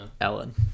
Ellen